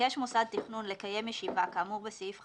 ביקש מוסד תכנון לקיים ישיבה כאמור בסעיף 5(א),